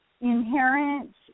inherent